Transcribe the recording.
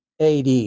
AD